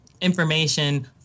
information